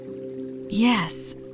Yes